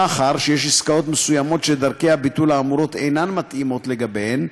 מאחר שיש עסקאות מסוימות שדרכי הביטול האמורות אינן מתאימות לגביהן,